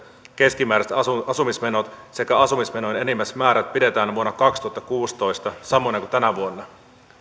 keskimääräiset asumismenot sekä asumismenojen enimmäismäärät pidetään vuonna kaksituhattakuusitoista samoina kuin tänä vuonna